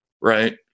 right